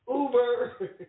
Uber